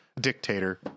dictator